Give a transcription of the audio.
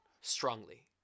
strongly